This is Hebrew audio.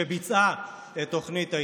שביצעה את תוכנית ההתנתקות.